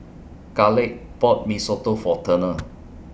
Khalid bought Mee Soto For Turner